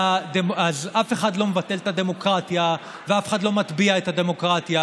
אז אף אחד לא מבטל את הדמוקרטיה ואף אחד לא מטביע את הדמוקרטיה.